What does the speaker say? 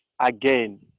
again